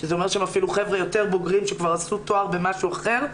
זאת אומרת שהם אפילו חבר'ה יותר בוגרים שכבר עשו תואר במשהו אחר,